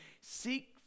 seek